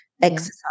exercise